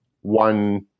one